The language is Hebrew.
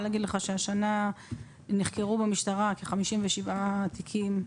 להגיד לך שהשנה נחקרו במשטרה כ-57 תיקים,